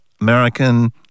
American